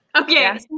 Okay